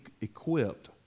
equipped